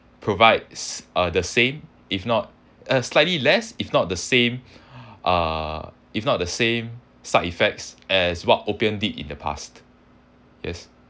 provides uh the same if not uh slightly less if not the same uh if not the same side effects as what opium did in the past yes